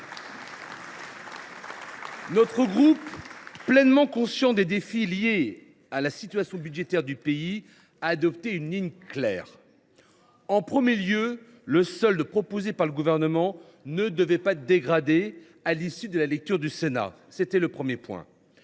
Notre groupe, pleinement conscient des défis liés à la situation budgétaire du pays, a adopté une ligne claire. En premier lieu, le solde proposé par le Gouvernement ne devait pas être dégradé à l’issue de la lecture du texte par le Sénat.